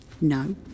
no